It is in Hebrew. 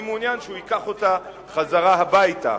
אני מעוניין שהוא ייקח אותה חזרה הביתה.